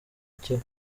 icyo